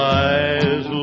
eyes